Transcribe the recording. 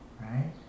right